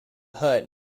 hut